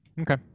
Okay